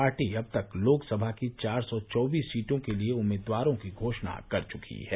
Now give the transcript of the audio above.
party अब तक लोकसभा की चार सौ चौबीस सीटों के लिए उम्मीदवारों की घोषणा कर चुकी है